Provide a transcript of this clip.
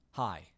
Hi